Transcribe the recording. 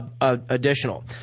additional